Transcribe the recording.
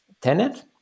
Tenet